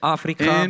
Africa